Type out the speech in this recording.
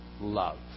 love